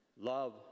love